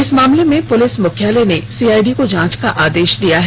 इस मामले में पुलिस मुख्यालय ने सीआईडी को जांच का आदेश दिया है